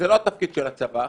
של המדינה.